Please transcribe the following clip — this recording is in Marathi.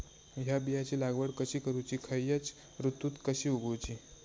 हया बियाची लागवड कशी करूची खैयच्य ऋतुत कशी उगउची?